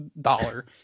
dollar